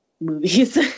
movies